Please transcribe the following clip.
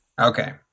Okay